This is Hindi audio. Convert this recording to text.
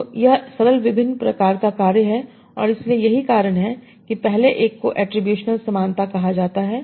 तो यह सरल विभिन्न प्रकार का कार्य है और इसलिए यही कारण है कि पहले एक को एट्रिब्यूशन समानता कहा जाता है